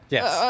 Yes